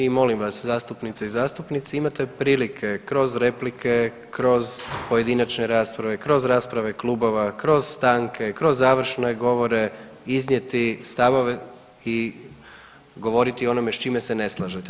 I molim vas, zastupnice i zastupnici, imate prilike kroz replike, kroz pojedinačne rasprave, kroz rasprave klubova, kroz stanke, kroz završne govore iznijeti stavove i govoriti ono s čime se ne slažete.